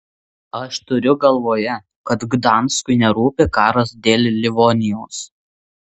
aš turiu galvoje kad gdanskui nerūpi karas dėl livonijos